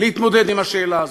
להתמודד עם השאלה הזאת.